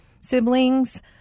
siblings